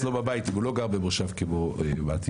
הוא לא גר במושב, כמו מטי.